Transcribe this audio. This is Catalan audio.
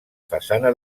façana